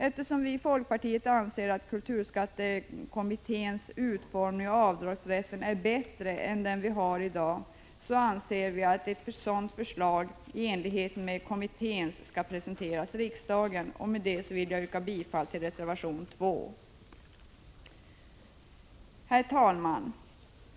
Eftersom vii folkpartiet anser att kulturskattekommitténs förslag till utformning av avdragsrätten är bättre än den vi har i dag anser vi att ett sådant förslag skall presenteras för riksdagen. Med detta vill jag yrka bifall till reservation 2. Herr talman!